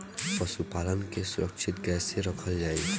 पशुपालन के सुरक्षित कैसे रखल जाई?